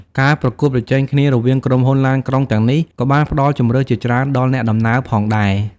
ការប្រកួតប្រជែងគ្នារបស់ក្រុមហ៊ុនឡានក្រុងទាំងនេះក៏បានផ្តល់ជម្រើសជាច្រើនដល់អ្នកដំណើរផងដែរ។